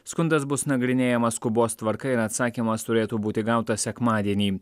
skundas bus nagrinėjamas skubos tvarka ir atsakymas turėtų būti gautas sekmadienį